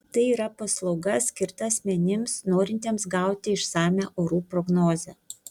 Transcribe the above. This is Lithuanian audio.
tai yra paslauga skirta asmenims norintiems gauti išsamią orų prognozę